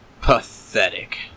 Pathetic